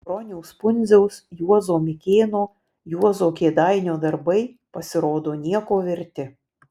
broniaus pundziaus juozo mikėno juozo kėdainio darbai pasirodo nieko verti